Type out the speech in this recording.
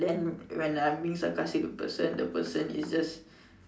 then when I being sarcastic the person the person is just